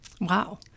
wow